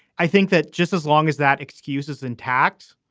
i think that just as long as that excuses intact,